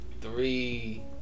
three